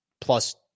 plus